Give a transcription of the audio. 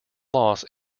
loss